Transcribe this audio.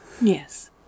Yes